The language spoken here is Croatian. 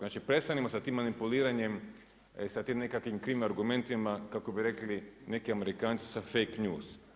Znači prestanimo sa tim manipuliranjem, sa tim nekim krivim argumentima kako bi rekli neki Amerikanci sa „fake news“